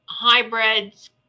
hybrids